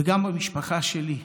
וגם במשפחה שלי: